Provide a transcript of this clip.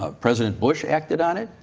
ah president bush acted on it.